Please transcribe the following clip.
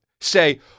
say